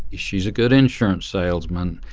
she's a good insurance salesman.